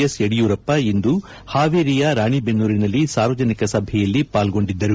S Yediyurappa ಇಂದು ಹಾವೇರಿಯ ರಾಣೆಬೆನ್ನೂರಿನಲ್ಲಿ ಸಾರ್ವಜನಿಕ ಸಭೆಯಲ್ಲಿ ಪಾಲ್ಗೊಂಡಿದ್ದರು